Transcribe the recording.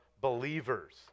believers